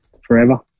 forever